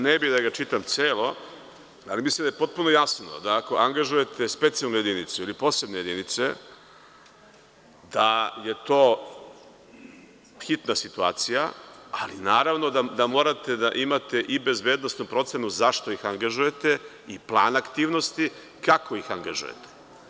Ne bih da ga čitam celo, ali mislim da je potpuno jasno da ako angažujete specijalnu jedinicu ili posebne jedinice, da je to hitna situacija, ali naravno da morate da imate i bezbednosnu procenu zašto ih angažujete i plan aktivnosti kako ih angažujete.